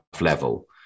level